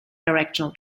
directional